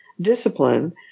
discipline